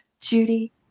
Judy